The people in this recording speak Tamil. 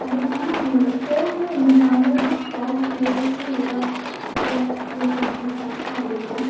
அதுக்கப்புறமா என்னோடய ஃபோனில் இந்த பாடல் தான் டாப் ப்ளேலிஸ்டில் இது தான் ஃபர்ஸ்ட் த்ரீ சாங்ஸ் இந்த சாங்ஸ் தான் இருக்கும்